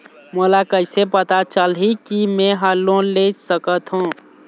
मोला कइसे पता चलही कि मैं ह लोन ले सकथों?